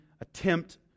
attempt